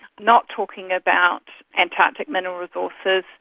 not talking about antarctic mineral resources.